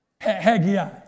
Haggai